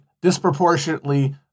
Disproportionately